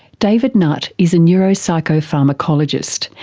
david nutt is a neuropsychopharmacologist,